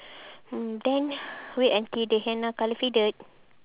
mm then wait until the henna colour faded